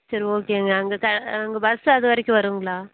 சரி ஓகேங்க அங்கே அங்கே பஸ் அது வரைக்கும் வருங்களா